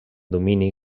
domini